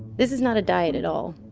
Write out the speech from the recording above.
is not a diet at all.